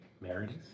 Meredith